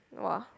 !wah!